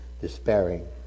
despairing